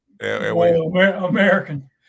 American